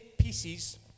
pieces